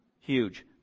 huge